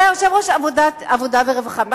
שהיה יושב-ראש ועדת העבודה והרווחה,